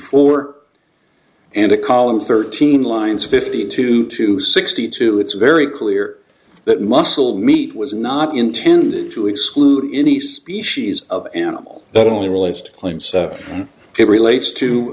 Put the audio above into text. four and a column thirteen lines fifty two to sixty two it's very clear that muscle meat was not intended to exclude any species of animal but only relates to claims it relates to